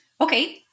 Okay